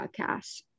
podcast